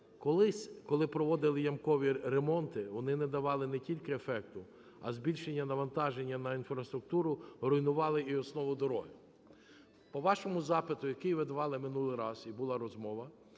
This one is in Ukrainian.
Колись, коли проводили ямкові ремонти, вони не давали не тільки ефекту, а збільшення навантаження на інфраструктуру, руйнували і основу дороги. По вашому запиту, який ви давали минулий раз і була розмова,